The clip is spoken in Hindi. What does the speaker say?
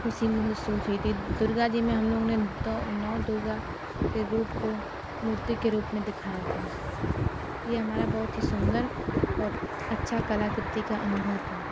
ख़ुशी मुहसूस हुई थी दुर्गा जी में हम लोगों ने दौ नौ दुर्गा के रूप को मूर्ति के रूप में दिखाया था ये हमारा बहुत ही सुंदर और अच्छा कलाकृति का अनुभव था